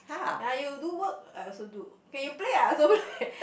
like you do work I also do okay you play I also play